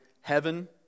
heaven